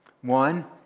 One